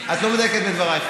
את לא מדייקת בדברייך,